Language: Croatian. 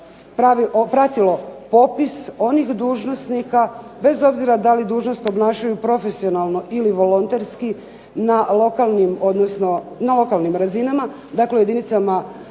pratilo popis onih dužnosnika bez obzira da li dužnost obnašaju profesionalno ili volonterski na lokalnim razinama, dakle jedinicama